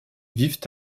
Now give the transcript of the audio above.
vivent